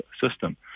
system